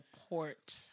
Support